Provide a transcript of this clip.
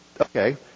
okay